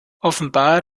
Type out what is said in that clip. offenbar